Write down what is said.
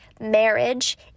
marriage